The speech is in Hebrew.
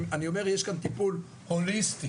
אני אומר שיש כאן טיפול הוליסטי.